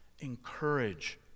encourage